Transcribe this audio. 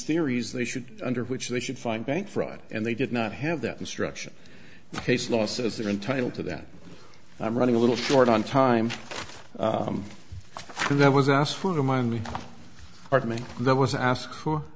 theories they should under which they should find bank fraud and they did not have that instruction case law says they're entitled to that i'm running a little short on time and that was asked for them i mean part of me that was asked for